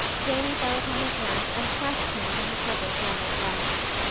janey fell upon his neck and pressed him to her purple flannel breast.